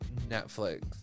Netflix